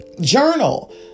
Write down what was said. journal